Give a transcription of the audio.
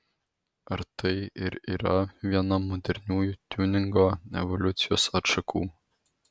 ar tai ir yra viena moderniųjų tiuningo evoliucijos atšakų